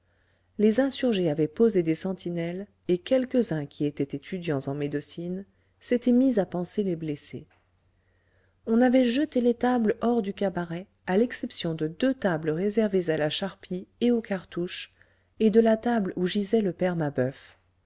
les insurgés avaient posé des sentinelles et quelques-uns qui étaient étudiants en médecine s'étaient mis à panser les blessés on avait jeté les tables hors du cabaret à l'exception de deux tables réservées à la charpie et aux cartouches et de la table où gisait le père mabeuf